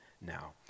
now